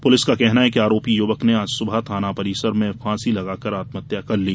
police का कहना है कि आरोपी युवक ने आज सुबह थाना परिसर में फांसी लगाकर आत्महत्या कर ली